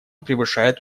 превышает